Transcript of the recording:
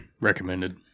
recommended